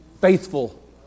faithful